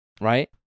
right